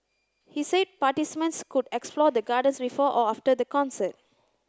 he said participants could explore the Gardens before or after the concert